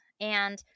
And-